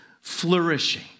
flourishing